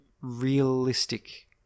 realistic